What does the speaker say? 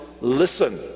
listen